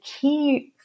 key